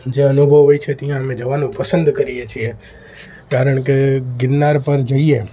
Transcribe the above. જે અનુભવ હોય છે ત્યાં અમે જવાનું પસંદ કરીએ છીએ કારણ કે ગીરનાર પર જઈએ